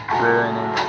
burning